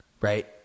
right